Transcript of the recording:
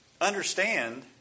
Understand